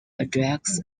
attacks